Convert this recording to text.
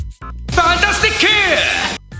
Fantastic